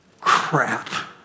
crap